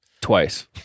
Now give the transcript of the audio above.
Twice